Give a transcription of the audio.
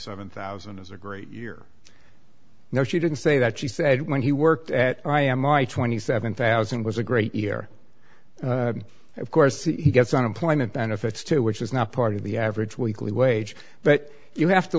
seven thousand dollars is a great year no she didn't say that she said when he worked at i am i twenty seven thousand was a great year of course he gets on employment benefits too which is not part of the average weekly wage but you have to